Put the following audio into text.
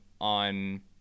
on